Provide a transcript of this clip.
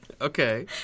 Okay